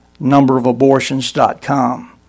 numberofabortions.com